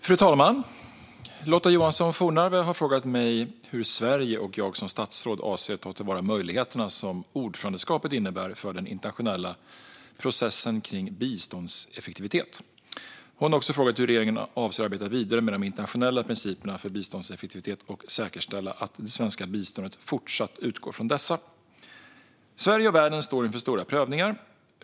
Fru talman! har frågat mig hur Sverige och jag som statsråd avser att ta till vara möjligheterna som ordförandeskapet innebär för den internationella processen kring biståndseffektivitet. Hon har också frågat hur regeringen avser att arbeta vidare med de internationella principerna för biståndseffektivitet och säkerställa att det svenska biståndet fortsatt utgår från dessa. Sverige och världen står inför stora prövningar.